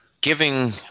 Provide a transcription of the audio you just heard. Giving